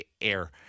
air